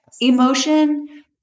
emotion